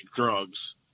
drugs